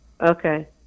Okay